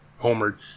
homered